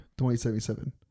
2077